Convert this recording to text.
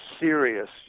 serious